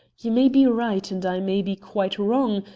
you may be right, and i may be quite wrong,